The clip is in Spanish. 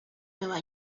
nueva